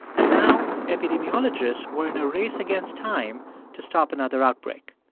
and now epidemiologists were in a race against time to stop another outbreak.